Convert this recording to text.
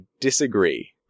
disagree